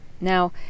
Now